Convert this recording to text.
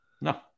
No